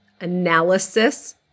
analysis